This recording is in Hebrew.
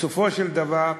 בסופו של דבר,